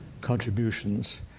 contributions